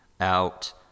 out